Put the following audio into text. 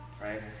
Right